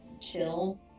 chill